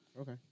Okay